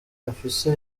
afise